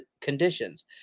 conditions